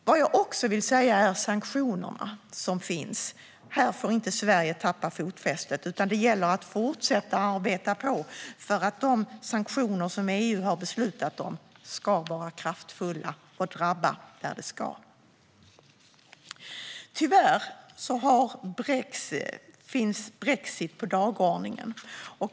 Jag vill också säga något om sanktionerna. Här får Sverige inte tappa fotfästet, utan det gäller att fortsätta att arbeta på för att de sanktioner som EU har beslutat om ska vara kraftfulla och drabba där de ska. Tyvärr finns brexit på dagordningen.